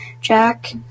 Jack